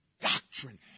doctrine